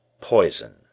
Poison